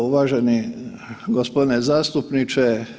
Uvaženi g. zastupniče.